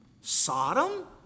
Sodom